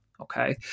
Okay